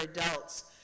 adults